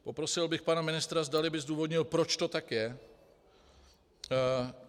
Poprosil bych pana ministra, zdali by zdůvodnil, proč to tak je.